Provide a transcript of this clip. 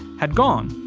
had gone.